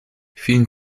vielen